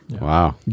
Wow